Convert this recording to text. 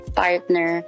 partner